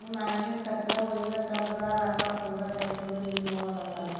ನಿಮ್ಮ ಮನೆಗಿನ ಕಚ್ರ ಒಯ್ಬೇಕಂದ್ರೆ ರೊಕ್ಕ ಕೊಡ್ಬೇಕಾಯ್ತದ್ರಿ ನೀವು ಅಲ್ಲತಾನ